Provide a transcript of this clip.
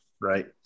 right